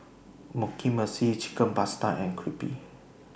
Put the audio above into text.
Mugi Meshi Chicken Pasta and Crepe